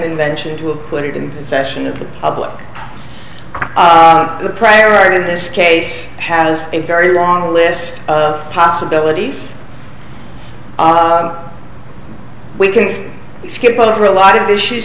invention to put it in session of the public the prior art in this case has a very long list of possibilities we can skip over a lot of issues